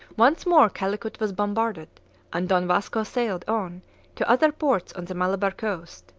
once more calicut was bombarded and don vasco sailed on to other ports on the malabar coast,